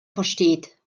versteht